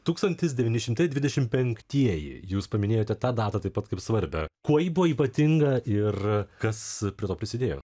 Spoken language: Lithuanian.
tūkstantis devyni šimtai dvidešim penktieji jūs paminėjote tą datą taip pat kaip svarbią kuo ji buvo ypatinga ir kas prie to prisidėjo